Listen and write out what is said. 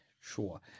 sure